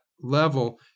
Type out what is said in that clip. level